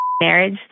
marriage